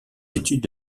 études